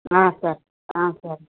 sir sir